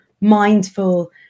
mindful